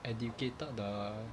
educated 的